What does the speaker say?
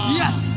yes